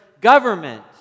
government